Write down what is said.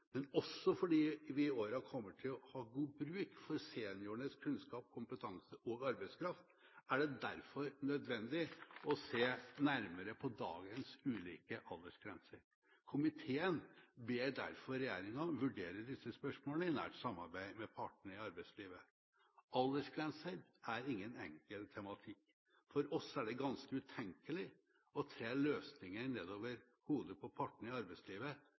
også fordi vi i årene som kommer vil ha god bruk for seniorenes kunnskap, kompetanse og arbeidskraft, er det nødvendig å se nærmere på dagens ulike aldersgrenser. Komiteen ber derfor regjeringen vurdere disse spørsmålene i nært samarbeid med partene i arbeidslivet. Aldersgrenser er ingen enkel tematikk. For oss er det ganske utenkelig å tre løsninger som de selv ikke ønsker, ned over hodet på partene i arbeidslivet.